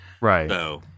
Right